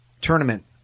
tournament